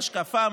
השקפה,